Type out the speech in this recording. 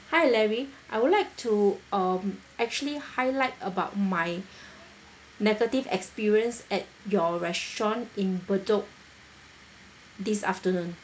hi larry I would like to um actually highlight about my negative experience at your restaurant in bedok this afternoon